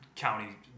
county